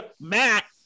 Matt